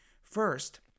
First